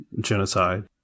genocide